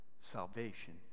salvation